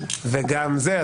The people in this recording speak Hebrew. וגם זה,